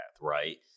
right